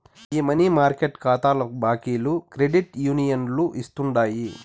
ఈ money market కాతాల బాకీలు క్రెడిట్ యూనియన్లు ఇస్తుండాయి